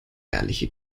ehrliche